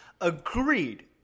Agreed